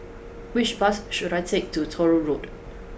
which bus should I take to Truro Road